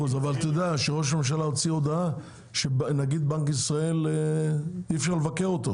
ראש הממשלה הוציא הודעה שלפיה אי אפשר לבקר את נגיד בנק ישראל.